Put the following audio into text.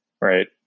Right